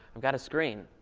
i've got a screen.